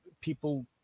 People